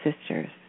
sisters